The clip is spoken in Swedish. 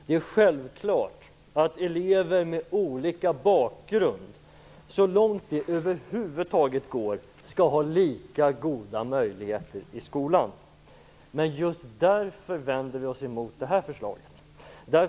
Det är självklart att elever med olika bakgrund så långt det över huvud taget går skall ha lika goda möjligheter i skolan. Just därför vänder vi oss emot det här förslaget.